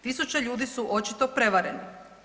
Tisuće ljudi su očito prevareni.